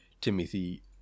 Timothy